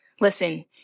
Listen